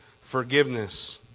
forgiveness